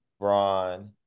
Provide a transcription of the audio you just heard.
Braun